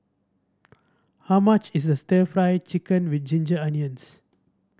how much is stir Fry Chicken with Ginger Onions